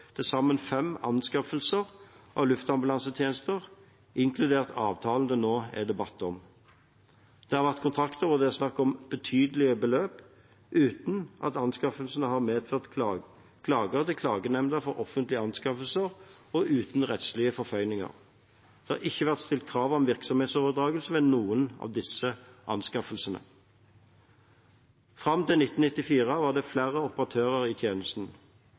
til sammen fem anskaffelser av luftambulansetjenester, inkludert avtalen det nå er debatt om. Dette har vært kontrakter hvor det er snakk om betydelige beløp, uten at anskaffelsene har medført klager til Klagenemnda for offentlige anskaffelser og uten rettslige forføyninger. Det har ikke vært stilt krav om virksomhetsoverdragelse ved noen av disse anskaffelsene. Fram til 1994 var det flere operatører i tjenesten.